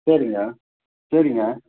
சரிங்க சரிங்க